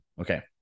Okay